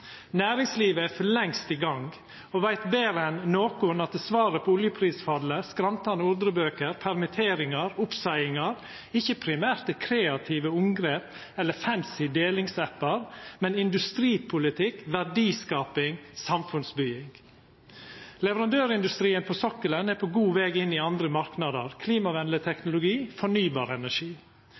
Næringslivet er for lengst i gang og veit betre enn nokon at svaret på oljeprisfallet, skrantande ordrebøker, permitteringar og oppseiingar ikkje primært er kreative omgrep eller fancy delingsappar, men industripolitikk, verdiskaping og samfunnsbygging. Leverandørindustrien på sokkelen er på god veg inn i andre marknader, klimavenleg teknologi, fornybar energi.